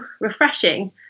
refreshing